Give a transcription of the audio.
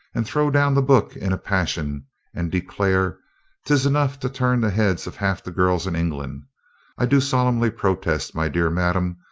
and throw down the book in a passion and declare tis enough to turn the heads of half the girls in england i do solemnly protest, my dear madam,